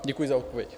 Děkuji za odpověď.